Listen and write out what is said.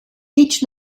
each